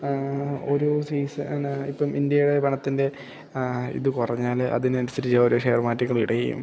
ആ ഓരോ സീസൺ എന്നാൽ ഇപ്പം ഇന്ത്യയുടെ പണത്തിൻ്റെ ആ ഇതു കുറഞ്ഞാൽ അതിനനുസരിച്ച് ഓരോ ഷെയർ മാറ്റുകളിടുകയും